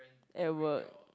at work